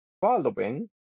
Following